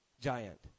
giant